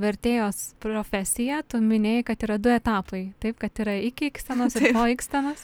vertėjos profesiją tu minėjai kad yra du etapai taip kad yra iki ikstenos ir po ikstenos